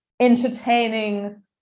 entertaining